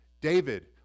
David